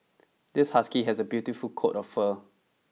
this husky has a beautiful coat of fur